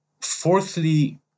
Fourthly